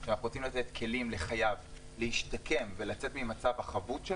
שאנחנו רוצים לתת כלים לחייב להשתקם ולצאת ממצב החבות,